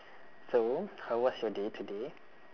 so how was your day today